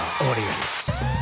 audience